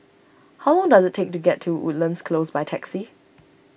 how long does it take to get to Woodlands Close by taxi